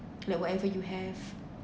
like whatever you have